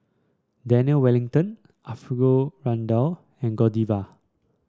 Daniel Wellington Alfio Raldo and Godiva